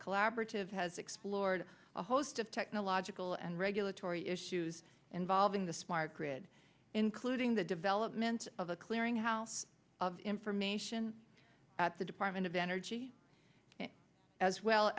collaborative has explored a host of technological and regulatory issues involving the smart grid including the development of a clearinghouse of information at the department of energy as well